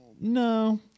No